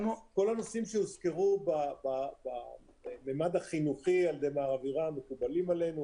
כל הנושאים שהוזכרו בממד החינוכי על ידי מר אבירם מקובלים עלינו.